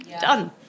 done